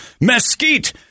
mesquite